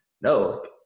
No